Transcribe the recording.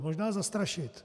Možná zastrašit.